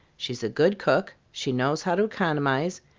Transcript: she's a good cook, she knows how to economize,